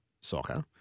soccer